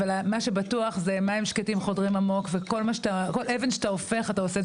מה שבטוח שמים שקטים חודרים עמוק וכל אבן שאתה הופך אתה עושה את זה